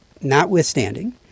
notwithstanding